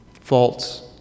faults